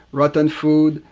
rotten food,